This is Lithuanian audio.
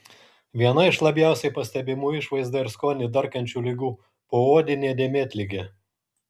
viena iš labiausiai pastebimų išvaizdą ir skonį darkančių ligų poodinė dėmėtligė